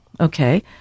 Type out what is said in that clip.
Okay